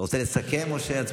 אתה רוצה לסכם, או הצבעה?